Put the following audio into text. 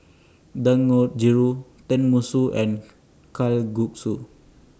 Dangojiru Tenmusu and Kalguksu